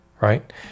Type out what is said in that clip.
right